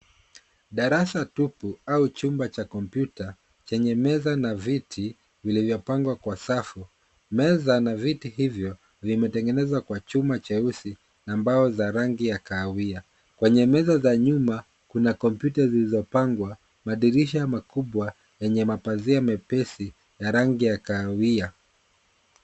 Darasa tupu au chumba cha komputa chenye meza na viti, vilivyopangwa kwa safu, meza na viti hivyo, vimetengenezwa kwa chuma cheusi na mbao za rangi ya kahawia. Kwenye meza za nyuma, kuna kompyuta zilizopangwa, madirisha makubwa yenye mapazia mepesi ya rangi ya kahawia.